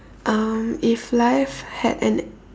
um if life had an